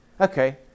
Okay